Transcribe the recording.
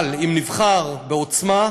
אבל אם נבחר בעוצמה,